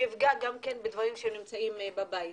שיפגע גם בדברים שנמצאים בבית.